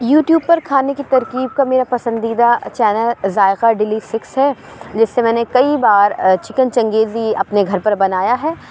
YouTube پر کھانے کی ترکیب کا میرا پسندیدہ چینل ذائقہ ڈیلی سیکس ہے جس سے میں نے کئی بار چکن چنگیزی اپنے گھر پر بنایا ہے